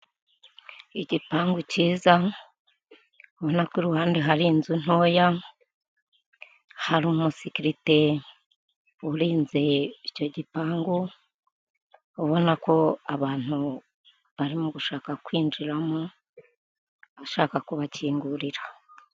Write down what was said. Serivisi za banki ya kigali zegerejwe abaturage ahanga baragaragaza uko ibikorwa biri kugenda bikorwa aho bagaragaza ko batanga serivisi zo kubika, kubikura, kuguriza ndetse no kwakirana yombi abakiriya bakagira bati murakaza neza.